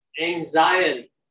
anxiety